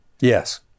Yes